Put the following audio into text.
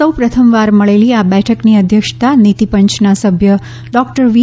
સૌપ્રથમવાર મળેલી આ બેઠકની અધ્યક્ષતા નીતિ પંચના સભ્ય ડોક્ટર વી